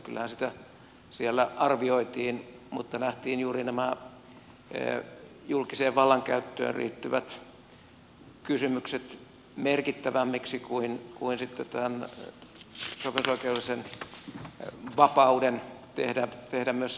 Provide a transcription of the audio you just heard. kyllähän sitä siellä arvioitiin mutta nähtiin juuri nämä julkiseen vallankäyttöön liittyvät kysymykset merkittävämmiksi kuin sitten tämä sopimusoikeudellinen vapaus tehdä myös sanktiojärjestelmiä